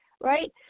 right